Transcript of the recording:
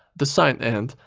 the sign and,